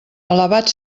alabat